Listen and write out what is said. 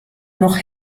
noch